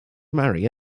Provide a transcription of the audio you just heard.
marry